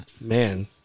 Man